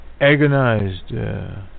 agonized